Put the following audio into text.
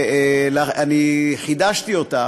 ואני חידשתי אותה,